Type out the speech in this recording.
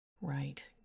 Right